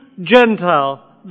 Gentile